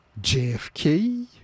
JFK